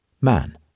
man